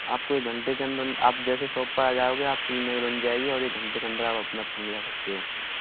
आप को एक घंटे के अंदर आप जैसे शॉप पर आ जाओगे आपकी ई एम आई बन जाएगी और एक घंटे के अंदर आप अपना फोन ले जा सकते हो